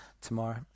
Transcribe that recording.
tomorrow